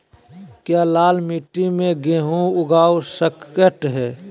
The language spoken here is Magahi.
क्या लाल मिट्टी में गेंहु उगा स्केट है?